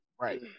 Right